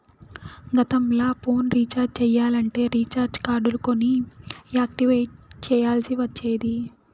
గతంల phone recharge చెయ్యాలంటే recharge కార్డులు కొని యాక్టివేట్ చెయ్యాల్ల్సి ఒచ్చేది